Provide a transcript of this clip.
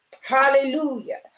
Hallelujah